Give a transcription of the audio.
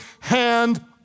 hand